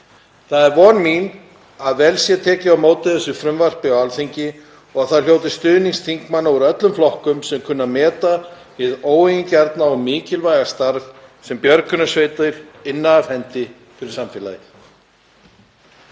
Það er von mín að vel sé tekið á móti þessu frumvarpi á Alþingi og það njóti stuðnings þingmanna úr öllum flokkum sem kunna að meta hið óeigingjarna og mikilvæga starf sem björgunarsveitir inna af hendi fyrir samfélagið.